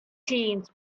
teens